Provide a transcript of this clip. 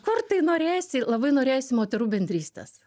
kur tai norėjosi labai norėjosi moterų bendrystės